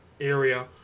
area